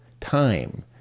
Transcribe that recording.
time